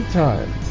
time